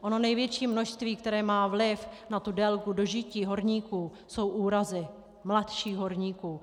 Ono největší množství, které má vliv na délku dožití horníků, jsou úrazy mladších horníků.